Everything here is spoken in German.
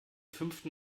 fünften